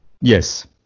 Yes